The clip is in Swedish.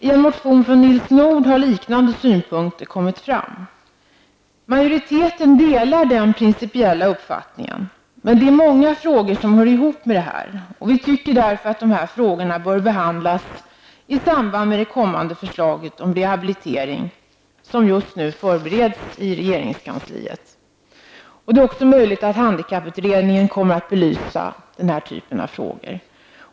I en motion från Nils Nordh har liknande synpunkter framförts. Majoriteten delar den principiella uppfattningen, men det är många frågor som hör ihop med det här. Vi tycker därför att de här frågorna bör behandlas i samband med det kommande förslaget om rehabilitering, som just nu förbereds i regeringskansliet. Det är också möjligt att handikapputredningen kommer att belysa den här typen av frågor.